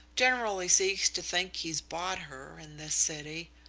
generally seems to think he's bought her, in this city.